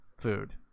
food